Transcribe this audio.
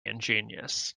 ingenious